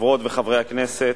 חברות וחברי הכנסת,